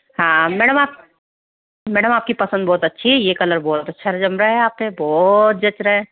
हाँ मैडम आप मैडम आपकी पसंद बहुत अच्छी है यह कलर बहुत अच्छा जम रहा है आप पर बहुत जच रहा है